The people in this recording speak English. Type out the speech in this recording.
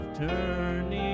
turning